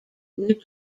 new